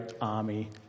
army